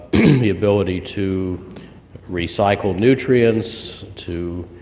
the ability to recycle nutrients, to